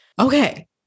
Okay